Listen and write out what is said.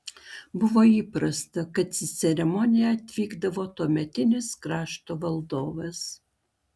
buvo įprasta kad į ceremoniją atvykdavo tuometinis krašto valdovas